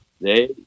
They-